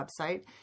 website